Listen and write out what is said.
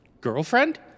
girlfriend